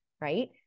Right